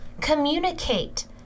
communicate